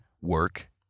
work